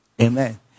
amen